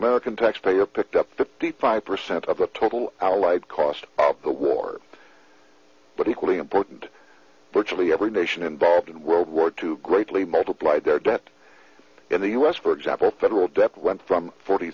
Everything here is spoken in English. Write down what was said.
american taxpayer picked up fifty five percent of the total our lives cost of the war but equally important virtually every nation involved in world war two greatly multiplied their debt in the u s for example federal debt went from forty